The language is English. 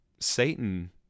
Satan